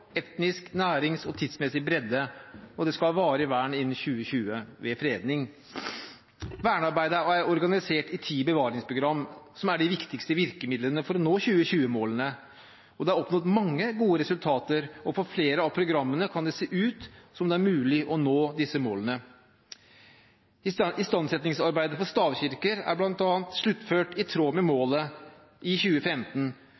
etnisk og nærings- og tidsmessig bredde, skal ha varig vern innen 2020 ved fredning. Vernearbeidet er organisert i ti bevaringsprogram som er de viktigste virkemidlene for å nå 2020-målene. Det er oppnådd mange gode resultater, og for flere av programmene kan det se ut som om det er mulig å nå disse målene. Istandsettingsarbeidet for stavkirker er bl.a. sluttført i tråd med